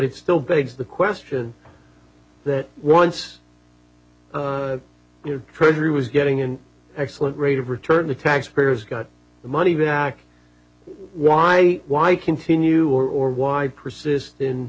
it still begs the question that once treasury was getting an excellent rate of return the taxpayers got the money back why why continue or why